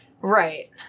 Right